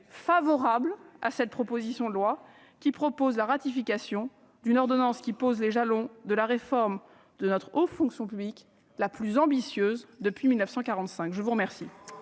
favorable à cette proposition de loi, qui propose la ratification d'une ordonnance posant les jalons de la réforme de notre haute fonction publique la plus ambitieuse depuis 1945. Je suis saisie,